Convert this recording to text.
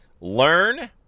learn